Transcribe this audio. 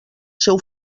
seu